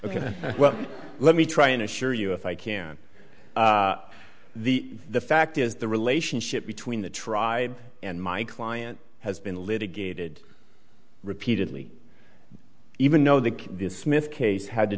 ok well let me try and assure you if i can the the fact is the relationship between the tribe and my client has been litigated repeatedly even know that the smith case had to